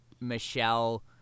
Michelle